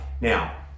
Now